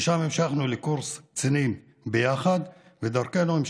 משם המשכנו לקורס קצינים ביחד, ודרכנו,